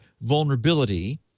vulnerability